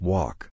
Walk